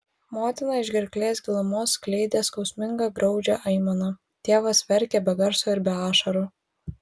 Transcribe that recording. motina iš gerklės gilumos skleidė skausmingą graudžią aimaną tėvas verkė be garso ir be ašarų